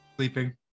Sleeping